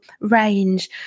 range